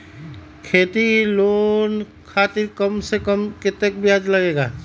खेती लोन खातीर कम से कम कतेक ब्याज लगेला?